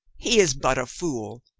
he is but a fool.